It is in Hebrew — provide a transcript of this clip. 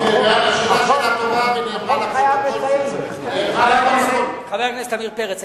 חבר הכנסת עמיר פרץ,